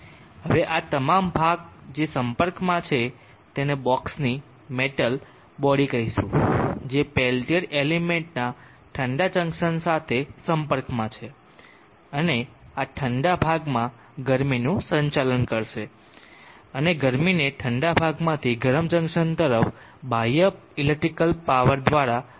હવે આ તમામ ભાગ જે સંપર્કમાં છે તેને બોક્ષની મેટલ બોડી કહીશું જે પેલ્ટીયર એલિમેન્ટના ઠંડા જંકશન સાથે સંપર્કમાં છે અને આ ઠંડા ભાગમાં ગરમીનું સંચાલન કરશે અને ગરમી ને ઠંડા ભાગમાંથી ગરમ જંકશન તરફ બાહ્ય ઇલેક્ટ્રિક પાવર દ્વારા પમ્પ કરવામાં આવશે